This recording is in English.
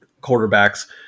quarterbacks